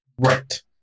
Right